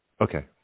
okay